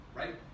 right